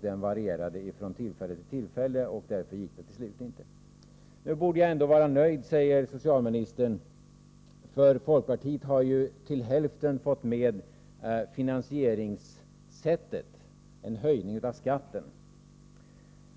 Den varierade från tillfälle till tillfälle, och därför gick det till slut inte. Nu borde jag ändå vara nöjd, säger socialministern, för folkpartiet har ju till hälften fått med finansieringssättet — en höjning av skatten.